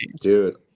dude